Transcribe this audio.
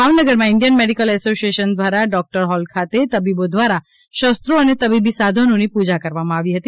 ભાવનગરમાં Indian medical association દ્વારા doctor hall ખાતે તબીબો દ્વારા શસ્ત્રો અને તબીબી સાધનોની પૂજા કરવામાં આવી હતી